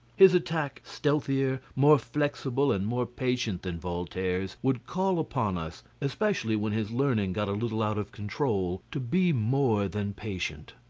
his attack, stealthier, more flexible and more patient than voltaire's, would call upon us, especially when his learning got a little out of control, to be more than patient.